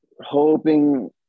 hoping